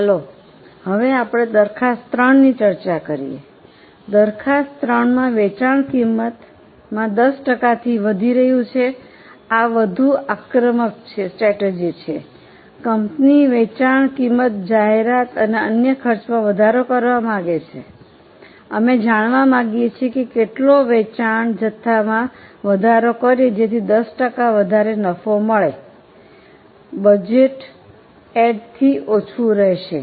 ચાલો આપણે દરખાસ્ત 3 ની ચર્ચા કરીએ દરખાસ્ત 3 માં વેચાણ કિંમતમાં 10 ટકાથી વધુ રહ્યું છે આ વધુ આક્રમક સ્ટ્રૈટજી છે કંપની વેચાણ કિંમત જાહેરાત અને અન્ય ખર્ચમાં વધારો કરવા માગે છે અમે જાણવા માગીએ છીએ કેટલો વેચાણ જથ્થોમાં વધારો કરીએ જેથી 10 ટકા વધારે નફા મળશે બજેટએડ થી ઓછું રહેશે